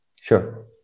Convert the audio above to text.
Sure